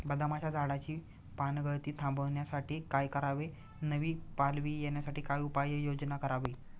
बदामाच्या झाडाची पानगळती थांबवण्यासाठी काय करावे? नवी पालवी येण्यासाठी काय उपाययोजना करावी?